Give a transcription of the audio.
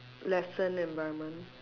lesson environment